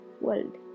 world